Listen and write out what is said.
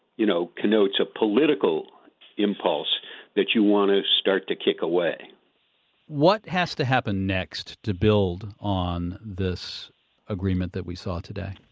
you know, connotes a political impulse that you want to start to kick away what has to happen next to build on this agreement that we saw today?